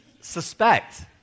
suspect